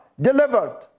delivered